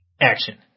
Action